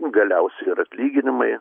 galiausiai ir atlyginimai